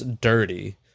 dirty